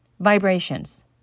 vibrations